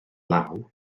law